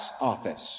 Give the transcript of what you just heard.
office